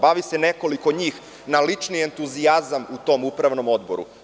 Bavi se nekoliko njih na lični entuzijazam u tom Upravnom odboru.